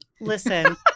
Listen